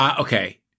Okay